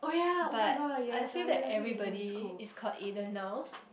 but I feel that everybody is called Aiden now